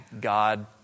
God